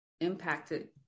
impacted